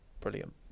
brilliant